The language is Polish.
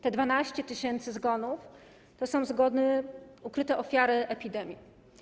Te 12 tys. zgonów to są zgony, ukryte ofiary epidemii.